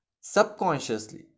subconsciously